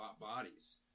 bodies